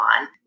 on